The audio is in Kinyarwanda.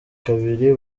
kabiri